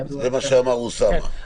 זה מה שאמר אוסאמה.